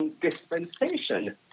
dispensation